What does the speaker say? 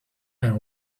and